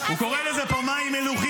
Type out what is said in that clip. אני אמרתי: ההסדרה כפי שפורסם בתקשורת היא רעה,